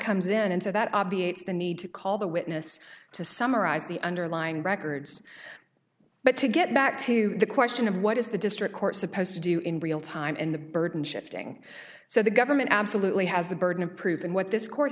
comes in and so that obviates the need to call the witness to summarize the underlying records but to get back to the question of what is the district court supposed to do in real time and the burden shifting so the government absolutely has the burden of proof and what this court